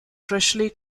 freshly